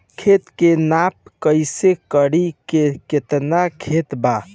खेत के नाप कइसे करी की केतना खेत बा?